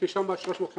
יש לי שם 350 עובדים.